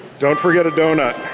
don't forget a donut.